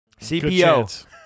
CPO